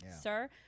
sir